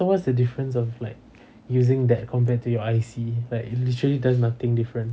so what's the difference of like using that compared to your I_C right it's literally does nothing different